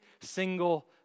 single